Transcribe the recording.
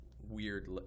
weird